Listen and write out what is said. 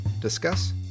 discuss